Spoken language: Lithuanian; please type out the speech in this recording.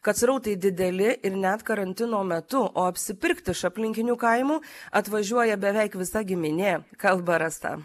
kad srautai dideli ir net karantino metu o apsipirkt iš aplinkinių kaimų atvažiuoja beveik visa giminė kalba rasa